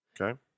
okay